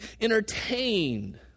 entertained